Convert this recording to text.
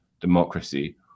democracy